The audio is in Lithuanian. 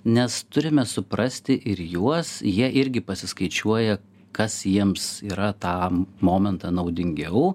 nes turime suprasti ir juos jie irgi pasiskaičiuoja kas jiems yra tą momentą naudingiau